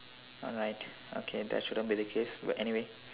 alright okay that shouldn't be the case but anyway